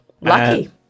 lucky